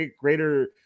greater